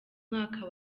mwaka